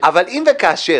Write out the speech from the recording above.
אבל אם וכאשר